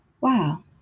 wow